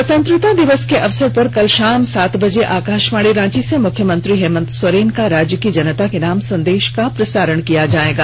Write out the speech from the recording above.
स्वतंत्रता दिवस के अवसर पर कल शाम सात बजे आकाशवाणी रांची से मुख्यमंत्री हेमंत सोरेन का राज्य की जनता के नाम संदेश का प्रसारण किया जाएगा